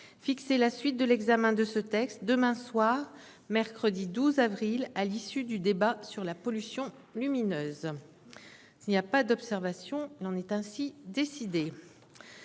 fixer la suite de l'examen de ce texte à demain soir, mercredi 12 avril, à l'issue du débat sur la pollution lumineuse. Il n'y a pas d'observation ?... Il en est ainsi décidé.